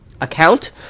account